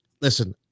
listen